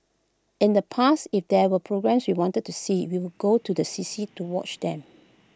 in the past if there were programmes we wanted to see we would go to the C C to watch them